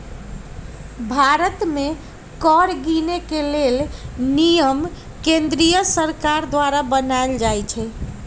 भारत में कर के गिनेके लेल नियम केंद्रीय सरकार द्वारा बनाएल जाइ छइ